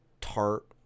tart